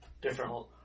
different